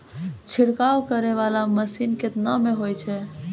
छिड़काव करै वाला मसीन केतना मे होय छै?